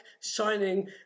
shining